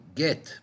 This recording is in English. get